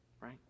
right